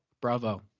Bravo